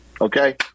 okay